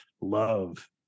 love